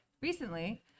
recently